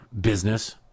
business